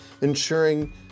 ensuring